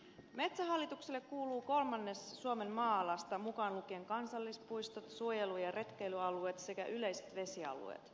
metsähallitukselle kuuluu kolmannes suomen maa alasta mukaan lukien kansallispuistot suojelu ja retkeilyalueet sekä yleiset vesialueet